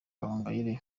gahongayire